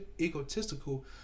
egotistical